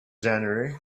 january